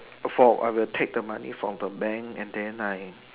for I will take the money from the bank and then I